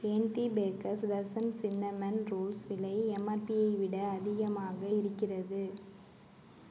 ஏன் the baker's dozen cinnamon rolls விலை எம்ஆர்பியை விட அதிகமாக இருக்கிறது